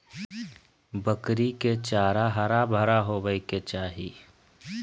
बकरी के चारा हरा भरा होबय के चाही